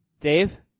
Dave